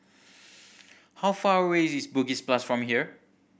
how far away is Bugis from here